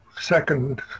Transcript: second